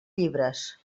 llibres